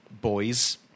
Boys